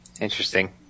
interesting